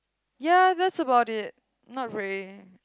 ya that's about it not really